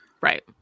right